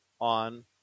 on